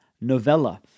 novella